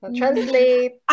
translate